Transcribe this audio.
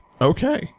Okay